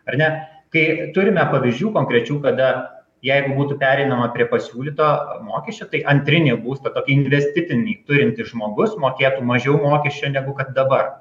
ar ne kai turime pavyzdžių konkrečių kada jeigu būtų pereinama prie pasiūlyto mokesčio tai antrinį būstą tokį investitinį turintis žmogus mokėtų mažiau mokesčio negu kad dabar